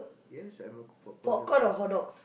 yes I'm a popcorn lover